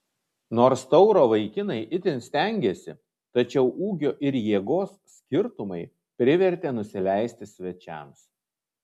nors tauro vaikinai itin stengėsi tačiau ūgio ir jėgos skirtumai privertė nusileisti svečiams